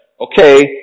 okay